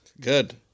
Good